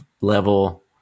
level